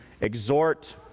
exhort